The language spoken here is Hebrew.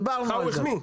דיברנו על זה.